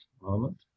moment